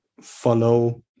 follow